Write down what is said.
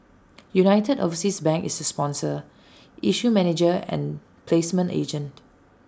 united overseas bank is the sponsor issue manager and placement agent